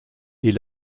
est